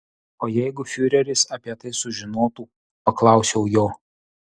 o jeigu fiureris apie tai sužinotų paklausiau jo